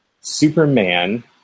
Superman